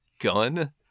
gun